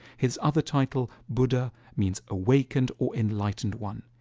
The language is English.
his other title buddha means awakened or enlightened one.